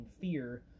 fear